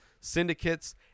syndicates